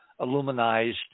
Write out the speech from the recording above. aluminized